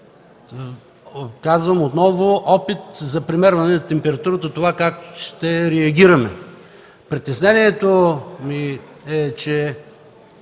казвам отново – е опит за премерване на температурата как ще реагираме. Притеснението ми е, че